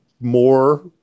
more